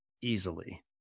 easily